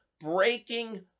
breaking